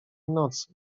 nocy